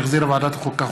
שהחזירה ועדת החוקה,